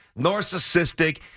narcissistic